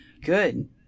good